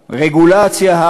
עם הרגולציה,